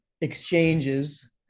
exchanges